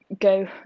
go